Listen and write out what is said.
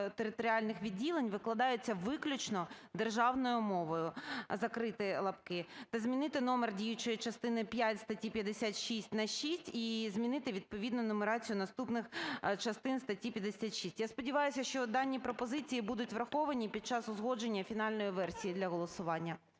територіальних відділень викладаються виключно державно мовою" (закрити лапки) та змінити номер діючої частини п'ять статті 56 на шість і змінити відповідно нумерацію наступних частин статті 56. Я сподіваюся, що дані пропозиції будуть враховані під час узгодження фінальної версії для голосування.